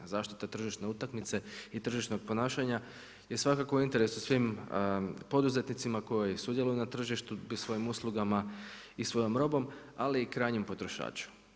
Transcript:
Zaštita tržišne utakmice i tržišnog ponašanja je svakako u interesu svim poduzetnicima koji sudjeluju na tržištu i svojim uslugama i svojom robom ali i krajnjem potrošaču.